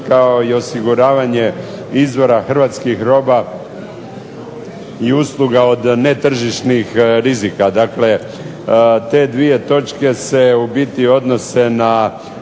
Kao i osiguravanje izvoza hrvatskih roba i usluga od netržišnih rizika, dakle te dvije točke se u biti odnose na